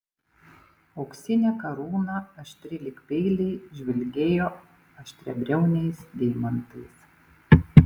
auksinė karūna aštri lyg peiliai žvilgėjo aštriabriauniais deimantais